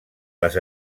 les